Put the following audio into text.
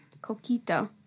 Coquito